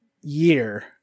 year